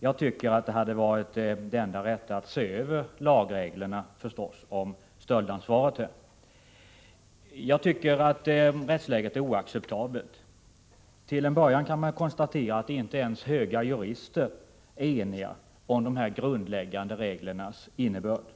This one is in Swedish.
Jag tycker förstås att det enda rätta hade varit att se över reglerna för stöldansvaret. Rättsläget är oacceptabelt. Till en början kan man konstatera att inte ens höga jurister är eniga om de grundläggande reglernas innebörd.